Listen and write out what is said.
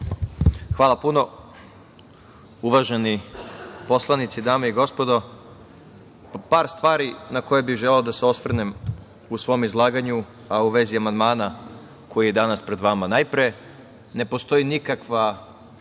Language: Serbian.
Hvala puno. Uvaženi poslanici, dame i gospodo, par stvari na koje bih želeo da se osvrnem u svom izlaganju, a u vezi amandmana koji je danas pred vama. Najpre, ne postoji nikakva